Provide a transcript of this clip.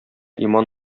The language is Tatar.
иман